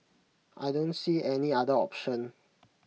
I don't see any other option